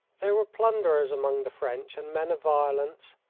there were plunderers among the french, and men of violence,